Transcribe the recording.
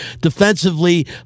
defensively